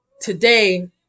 today